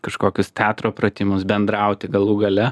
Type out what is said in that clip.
kažkokius teatro pratimus bendrauti galų gale